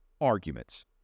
arguments